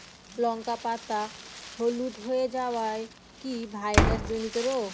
লঙ্কা পাতা হলুদ হয়ে যাওয়া কি ভাইরাস জনিত রোগ?